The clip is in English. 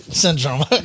syndrome